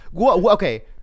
Okay